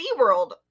SeaWorld